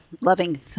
loving